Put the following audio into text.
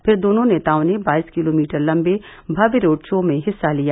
फिर दोनों नेतओं ने बाईस किलोमीटर लम्बे भव्य रोड शो में हिस्सा लिया